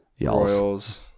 Royals